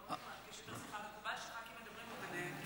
פשוט מקובל שח"כים מדברים פה ביניהם.